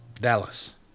Dallas